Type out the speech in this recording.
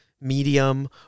medium